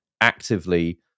actively